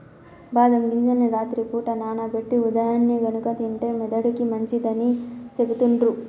బాదం గింజలను రాత్రి పూట నానబెట్టి ఉదయాన్నే గనుక తింటే మెదడుకి మంచిదని సెపుతుండ్రు